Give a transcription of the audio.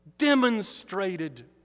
Demonstrated